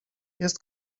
jest